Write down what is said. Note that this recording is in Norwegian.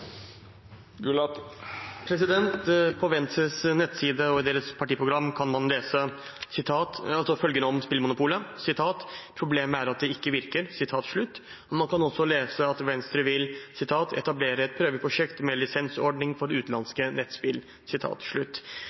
på framover. På Venstres nettside og i deres partiprogram kan man lese følgende om spillmonopolet: «Problemet er at det ikke virker.» Man kan også lese at Venstre vil «etablere et prøveprosjekt med lisensordning for utenlandske nettspill».